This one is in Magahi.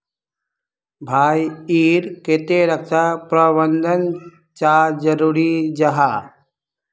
भाई ईर केते रक्षा प्रबंधन चाँ जरूरी जाहा?